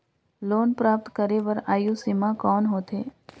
Loan प्राप्त करे बर आयु सीमा कौन होथे?